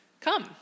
come